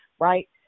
right